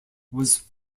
was